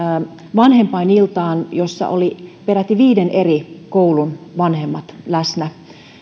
vanhempainiltaan jossa olivat peräti viiden eri koulun vanhemmat läsnä